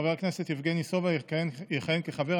חבר הכנסת יבגני סובה יכהן כחבר,